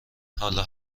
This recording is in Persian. حالا